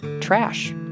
trash